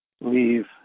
leave